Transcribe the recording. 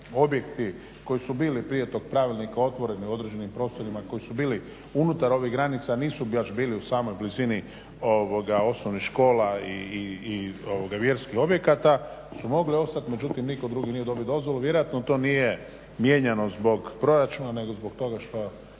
objekti koji su bili prije tog pravilnika otvoreni u određenim prostorima koji su bili unutar ovih granica, a nisu baš bili u samoj blizini osnovnih škola i vjerskih objekata, su mogli ostat, međutim nitko drugi nije dobio dozvolu. Vjerojatno to nije mijenjano zbog proračuna nego zbog toga što